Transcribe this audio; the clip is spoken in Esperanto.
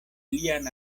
lian